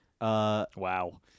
Wow